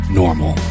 normal